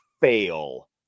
fail